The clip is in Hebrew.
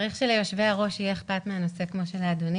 צריך שליושבי-הראש יהיה אכפת מהנושא כמו שלאדוני